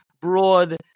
broad